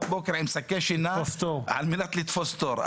בוקר עם שקי שינה על מנת לתפוס תור.